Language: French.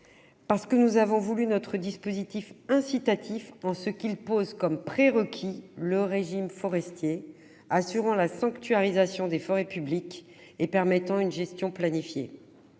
parce que nous avons voulu notre dispositif incitatif en ce qu'il pose comme prérequis le régime forestier, assurant la sanctuarisation des forêts publiques et permettant une gestion planifiée.